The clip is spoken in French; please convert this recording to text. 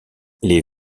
les